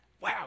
Wow